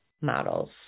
models